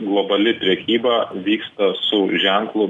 globali prekyba vyksta su ženklu